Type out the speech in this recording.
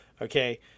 Okay